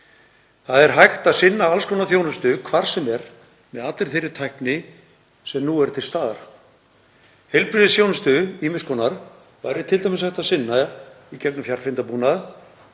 Það er hægt að sinna alls konar þjónustu hvar sem er með allri þeirri tækni sem nú er til staðar. Heilbrigðisþjónustu ýmiss konar væri t.d. hægt að sinna í gegnum fjarfundarbúnað,